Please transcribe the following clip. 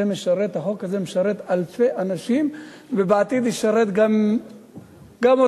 החוק הזה משרת אלפי אנשים ובעתיד ישרת גם אותנו,